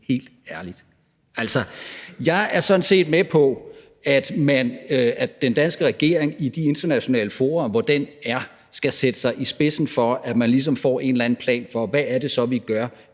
helt ærligt? Altså, jeg er sådan set med på, at den danske regering i de internationale fora, hvor den er, skal sætte sig i spidsen for, at man ligesom får en eller anden plan for, hvad det så er vi gør